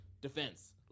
defense